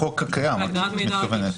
בחוק הקיים את מתכוונת.